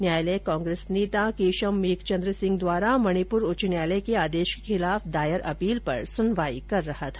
न्यायालय कांग्रेस नेता केशम मेघचन्द्र सिंह द्वारा मणिपुर उच्च न्यायालय के आदेश के खिलाफ दायर अपील पर सुनवाई कर रहा था